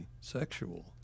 sexual